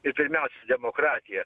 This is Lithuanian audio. ir pirmiausia demokratija